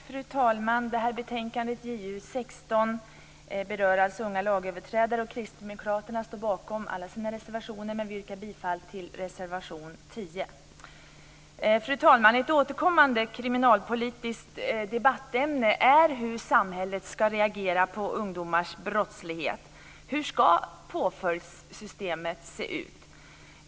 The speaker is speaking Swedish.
Fru talman! Det här betänkandet JuU 16 berör alltså unga lagöverträdare. Kristdemokraterna står bakom alla sina reservationer, men vi yrkar bara bifall till reservation 10. Fru talman! Ett återkommande kriminalpolitiskt debattämne är hur samhället ska reagera på ungdomars brottslighet. Hur ska påföljdssystemet se ut?